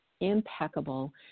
impeccable